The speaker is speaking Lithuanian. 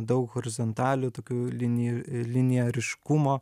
daug horizontalių tokių linijų linija ryškumo